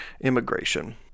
immigration